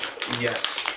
Yes